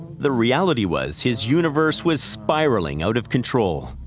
the reality was his universe was spiraling out of control.